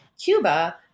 Cuba